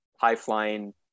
high-flying